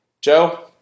Joe